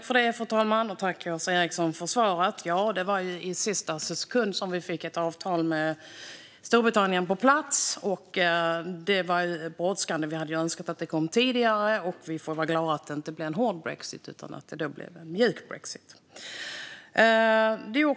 Herr talman! Tack, Åsa Eriksson, för svaret! Det var i sista sekunden vi fick ett avtal med Storbritannien på plats, och det var brådskande. Vi hade önskat att det skulle komma tidigare, och vi får vara glada att det inte blev en hård brexit utan en mjuk brexit.